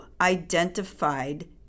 identified